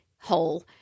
hole